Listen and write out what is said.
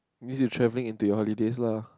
this is travelling into your holidays lah